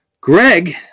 Greg